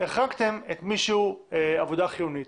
החרגתם את מי שהוא עבודה חיונית.